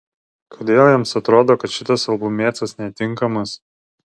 kodėl jiems atrodo kad šitas albumėcas netinkamas